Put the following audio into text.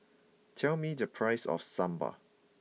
tell me the price of Sambal